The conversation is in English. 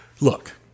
Look